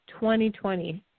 2020